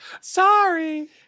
Sorry